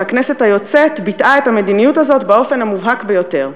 והכנסת היוצאת ביטאה את המדיניות הזאת באופן המובהק ביותר.